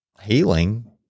healing